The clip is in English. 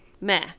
meh